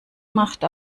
macht